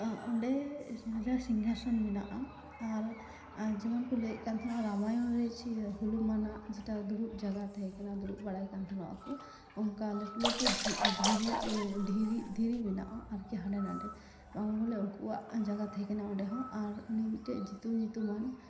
ᱚᱸᱰᱮ ᱨᱟᱡᱟ ᱥᱤᱝᱦᱟᱥᱚᱱ ᱢᱮᱱᱟᱜᱼᱟ ᱟᱨ ᱡᱮᱢᱚᱱᱠᱚ ᱞᱟᱹᱭᱮᱫᱠᱟᱱ ᱛᱮᱦᱮᱱᱟ ᱨᱟᱢᱟᱭᱚᱱᱨᱮ ᱡᱮ ᱦᱚᱞᱩᱢᱟᱱᱟᱜ ᱡᱮᱴᱟ ᱫᱩᱲᱩᱵ ᱡᱟᱭᱜᱟ ᱛᱮᱦᱮᱸᱠᱟᱱᱟ ᱫᱩᱲᱩᱵᱵᱟᱲᱟᱭ ᱠᱟᱱ ᱛᱮᱦᱮᱱᱚᱜ ᱟᱠᱚ ᱚᱝᱠᱟ ᱞᱟᱹᱴᱩᱼᱞᱟᱹᱴᱩ ᱫᱷᱤᱨᱤ ᱫᱷᱤᱨᱤ ᱢᱮᱱᱟᱜᱼᱟ ᱦᱟᱸᱰᱮᱱᱟᱰᱮ ᱵᱟᱝᱢᱟ ᱵᱚᱞᱮ ᱩᱝᱠᱚᱣᱟᱜ ᱡᱟᱭᱜᱟ ᱛᱮᱦᱮᱸᱠᱟᱱᱟ ᱚᱸᱰᱮᱦᱚᱸ ᱟᱨ ᱩᱱᱤ ᱢᱤᱫᱴᱮᱡ ᱡᱤᱛᱩ ᱧᱩᱛᱩᱢᱟᱱ